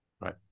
Right